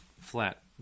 flat